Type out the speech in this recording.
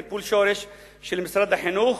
טיפול שורש של משרד החינוך,